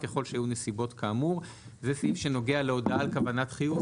ככל שהיו נסיבות כאמור." זה סעיף שנוגע להודעה על כוונת חיוב.